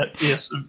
Yes